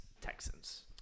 Texans